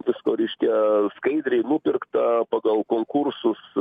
visko reiškia skaidriai nupirkta pagal konkursus